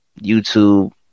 youtube